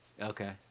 Okay